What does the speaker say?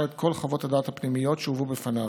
את כל חוות הדעת הפנימיות שהובאו בפניו.